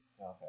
Okay